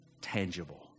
tangible